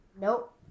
Nope